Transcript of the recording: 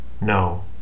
No